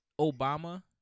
Obama